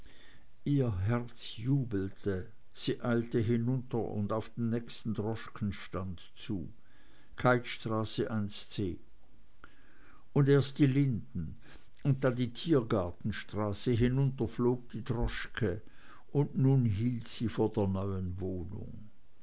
ihr herz jubelte sie eilte hinunter und auf den nächsten droschkenstand zu keithstraße ic und erst die linden und dann die tiergartenstraße hinunter flog die droschke und nun hielt sie vor der neuen wohnung